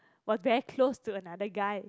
was very close to another guy